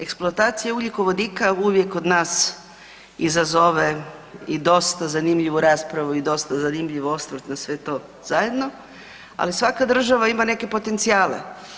Eksploatacija ugljikovodika uvijek kod nas izazove i dosta zanimljivu raspravu i dosta zanimljiv osvrt na sve to zajedno, ali svaka država ima neke potencijale.